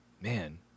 Man